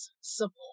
support